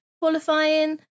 qualifying